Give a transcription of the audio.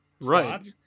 Right